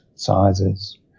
sizes